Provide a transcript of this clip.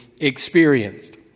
experienced